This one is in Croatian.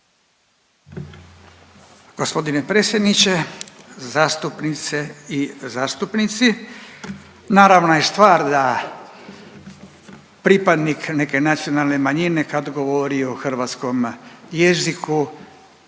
G. predsjedniče, zastupnice i zastupnici. Naravna je stvar da pripadnik neke nacionalne manjine, kad govori o hrvatskom jeziku